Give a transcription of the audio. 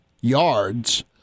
yards